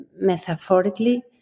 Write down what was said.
metaphorically